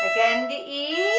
and the e